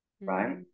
right